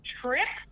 trip